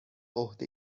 عهده